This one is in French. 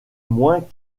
moins